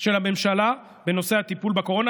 של הממשלה בנושא הטיפול בקורונה.